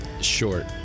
short